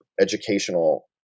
educational